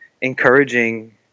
encouraging